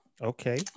Okay